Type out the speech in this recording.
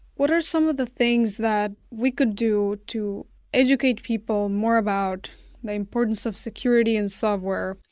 what are some of the things that we could do to educate people more about the importance of security in software?